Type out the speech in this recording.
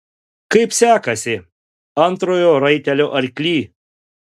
kaip sekasi antrojo raitelio arkly